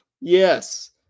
Yes